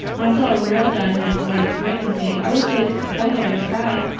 when i saw a real diamond in a lady's ring one day i was so disappointed i cried.